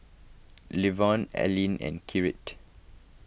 Levon Alline and Kirt